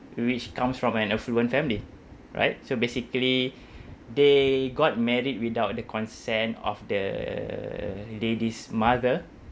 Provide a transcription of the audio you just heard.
which comes from an affluent family right so basically they got married without the consent of the lady's mother